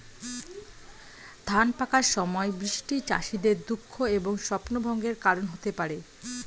ধান পাকার সময় বৃষ্টি চাষীদের দুঃখ এবং স্বপ্নভঙ্গের কারণ হতে পারে